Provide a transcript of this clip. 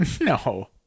No